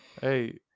Hey